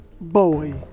Boy